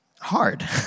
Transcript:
hard